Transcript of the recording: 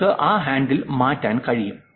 നിങ്ങൾക്ക് ആ ഹാൻഡിൽ മാറ്റാൻ കഴിയും